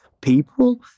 people